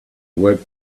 worked